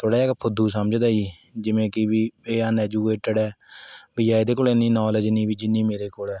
ਥੋੜ੍ਹਾ ਜਾ ਕ ਫੁੱਦੂ ਸਮਜਦਾ ਏ ਜੀ ਜਿਵੇਂ ਕਿ ਵੀ ਇਹ ਅਨਐਜੂਕੇਟਿੱਡ ਹੈ ਵੀ ਜਾਂ ਇਹਦੇ ਕੋਲ਼ ਇੰਨੀ ਨੌਲੇਜ਼ ਨਹੀਂ ਵੀ ਜਿੰਨੀ ਮੇਰੇ ਕੋਲ਼ ਹੈ